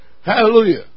Hallelujah